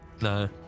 No